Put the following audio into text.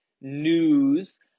News